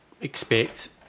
expect